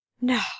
No